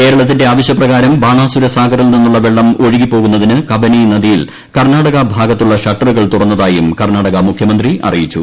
കേരളത്തിന്റെ ആവശ്യപ്രകാരം ബാണാസുരസാഗറിൽ നിന്നുള്ള വെള്ളം ഒഴുകിപ്പോകുന്നതിന് കബനി നദിയിൽ കർണാടക ഭാഗത്തുള്ള ഷട്ടറുകൾ തുറന്നതായും കർണാടക മുഖ്യമന്ത്രി അറിയിച്ചു